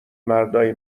مردای